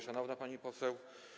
Szanowna Pani Poseł!